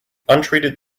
untreated